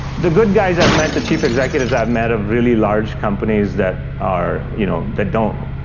the good guys i've met, the chief executives i've met of really large companies that are, you know, that don't,